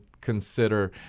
consider